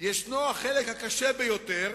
החלק הקשה ביותר